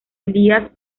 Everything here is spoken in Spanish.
elías